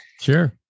Sure